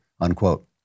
unquote